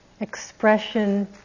expression